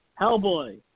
Hellboy